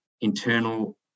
internal